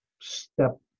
step